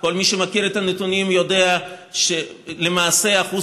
כל מי שמכיר את הנתונים יודע שלמעשה אחוז